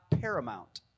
paramount